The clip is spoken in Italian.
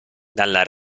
dalla